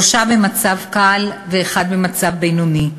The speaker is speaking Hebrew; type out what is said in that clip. ארבעה פצועים, שלושה במצב קל ואחד במצב בינוני.